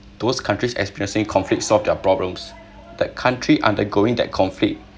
those countries experiencing conflicts solve their problems that country undergoing that conflict